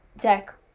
Deck